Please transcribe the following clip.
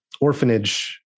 orphanage